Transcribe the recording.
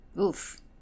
Oof